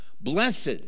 Blessed